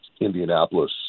Indianapolis